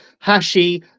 Hashi